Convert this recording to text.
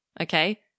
okay